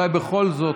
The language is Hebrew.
אולי בכל זאת,